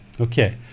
Okay